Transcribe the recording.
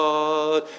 God